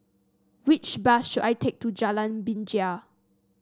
which bus should I take to Jalan Binjai